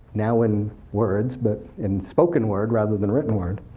now in words, but in spoken word rather than written word.